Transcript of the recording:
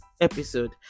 episode